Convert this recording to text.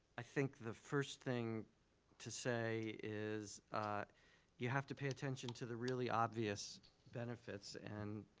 i think the first thing to say is you have to pay attention to the really obvious benefits and,